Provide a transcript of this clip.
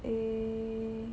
eh